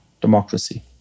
democracy